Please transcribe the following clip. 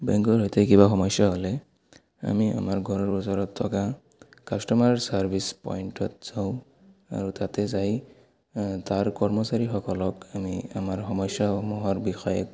বেংকৰ সৈতে কিবা সমস্যা হ'লে আমি আমাৰ ঘৰৰ ওচৰত থকা কাষ্টমাৰ ছাৰ্ভিচ পইণ্টত যাওঁ আৰু তাতে যাই তাৰ কৰ্মচাৰীসকলক আমি আমাৰ সমস্যাসমূহৰ বিষয়ে